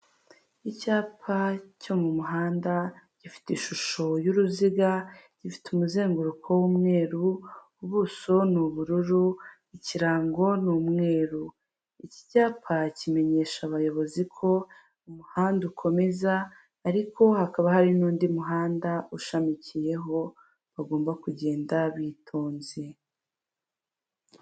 Icyapa cyo mu muhanda gifite ishusho y'uruziga gifite umuzenguruko w'umweru, ubuso ni ubururu ikirango ni umweru iki cyapa kimenyesha abayobozi ko umuhanda ukomeza ariko, hakaba hari n'undi muhanda ushamikiyeho bagomba kugenda bitonze.